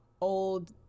old